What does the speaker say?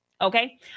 okay